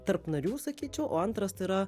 tarp narių sakyčiau o antras tai yra